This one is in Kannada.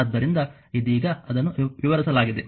ಆದ್ದರಿಂದ ಇದೀಗ ಅದನ್ನು ವಿವರಿಸಲಾಗಿದೆ